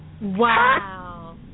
Wow